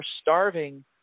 starving